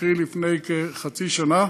קרי לפני כחצי שנה,